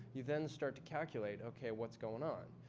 you then start to calculate, okay, what's going on?